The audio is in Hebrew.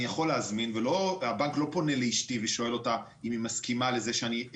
אני יכול להזמין והבנק לא פונה לאשתי ושואל אותה אם היא מסכימה לכך.